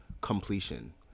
completion